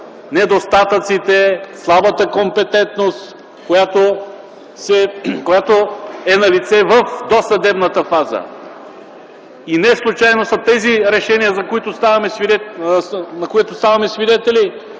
недостатъците, слабата компетентност, която е налице в досъдебната фаза, и неслучайно са тези решения, на които ставаме свидетели